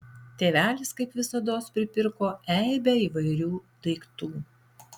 tėvelis kaip visados pripirko eibę įvairių daiktų